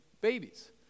babies